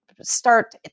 start